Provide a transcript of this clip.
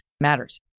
matters